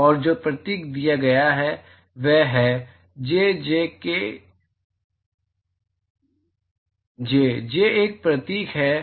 और जो प्रतीक दिया गया है वह है जे जे एक प्रतीक है